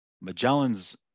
Magellan's